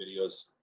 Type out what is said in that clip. videos